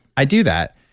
i do that.